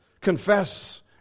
confess